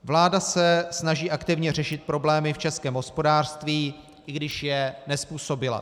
Vláda se snaží aktivně řešit problémy v českém hospodářství, i když je nezpůsobila.